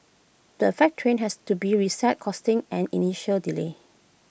the affected train has to be reset costing an initial delay